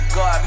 God